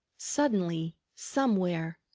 suddenly, somewhere,